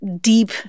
deep